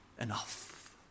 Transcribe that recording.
enough